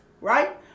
right